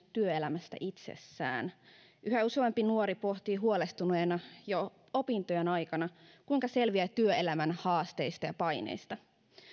työelämästä itsessään yhä useampi nuori pohtii huolestuneena jo opintojen aikana kuinka selviää työelämän haasteista ja paineista